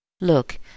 Look